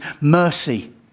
mercy